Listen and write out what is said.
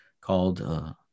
called